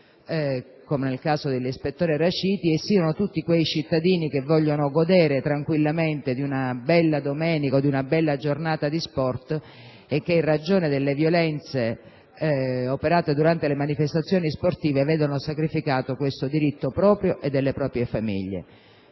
come nel caso dell'ispettore Raciti - e tutti quei cittadini che vogliono godere tranquillamente una bella domenica e una bella giornata di sport e che, in ragione delle violenze operate durante le manifestazioni sportive, vedono sacrificato questo diritto proprio e delle proprie famiglie.